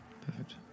Perfect